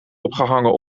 opgehangen